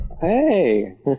Hey